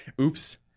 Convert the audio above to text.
Oops